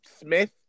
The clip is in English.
Smith